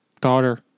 daughter